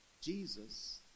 jesus